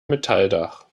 metalldach